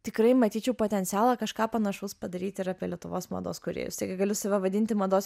tikrai matyčiau potencialą kažką panašaus padaryt ir apie lietuvos mados kūrėjus taigi galiu save vadinti mados